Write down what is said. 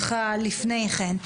לפני כן,